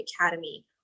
Academy